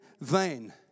vain